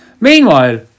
Meanwhile